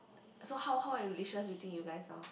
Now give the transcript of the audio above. so how how are you between you guys now